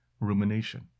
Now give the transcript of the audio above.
rumination